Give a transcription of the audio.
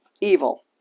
evil